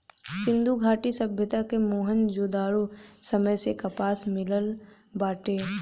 सिंधु घाटी सभ्यता क मोहन जोदड़ो समय से कपास मिलल बाटे